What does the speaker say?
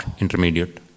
intermediate